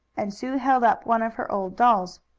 and sue held up one of her old dolls.